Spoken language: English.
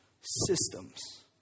systems